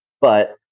But-